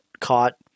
caught